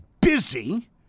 busy